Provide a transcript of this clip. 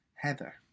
Heather